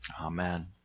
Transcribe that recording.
Amen